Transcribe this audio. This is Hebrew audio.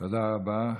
תודה רבה.